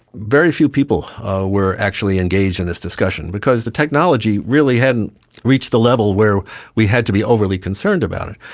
very few people were actually engaged in this discussion, because the technology really hadn't reached the level where we had to be overly concerned about it.